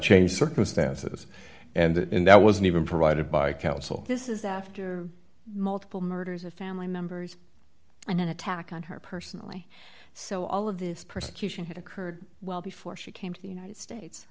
changed circumstances and in that wasn't even provided by counsel this is after multiple murders of family members and an attack on her personally so all of this persecution occurred well before she came to the